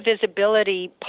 visibility